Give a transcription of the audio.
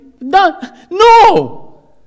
No